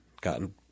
gotten